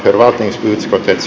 herr talman